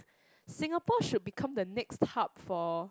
Singapore should become the next hub for